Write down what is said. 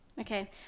Okay